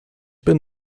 bin